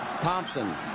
Thompson